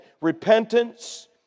Repentance